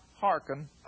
hearken